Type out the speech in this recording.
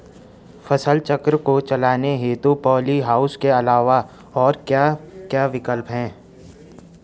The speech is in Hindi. फसल चक्र को चलाने हेतु पॉली हाउस के अलावा और क्या क्या विकल्प हैं?